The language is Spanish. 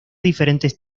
diferentes